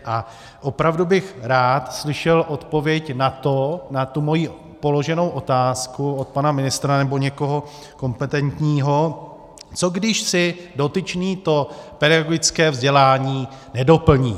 A opravdu bych rád slyšel odpověď na to, na tu moji položenou otázku, od pana ministra nebo někoho kompetentního: co když si dotyčný to pedagogické vzdělání nedoplní?